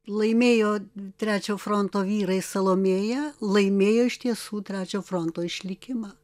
laimėjo trečio fronto vyrai salomėją laimėjo iš tiesų trečio fronto išlikimą